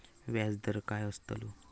व्याज दर काय आस्तलो?